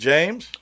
James